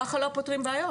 ככה לא פותרים בעיות.